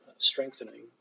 Strengthening